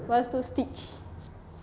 lepas tu stitch